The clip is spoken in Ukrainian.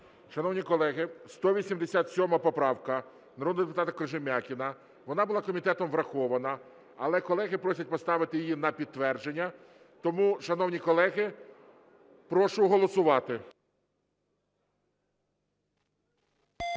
Шановні колеги, 187 поправка народного депутата Кожем'якіна. Вона була комітетом врахована, але колеги просять поставити її на підтвердження. Тому, шановні колеги, прошу голосувати.